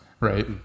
right